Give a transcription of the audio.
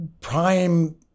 prime